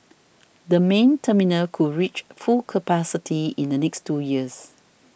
the main terminal could reach full capacity in the next two years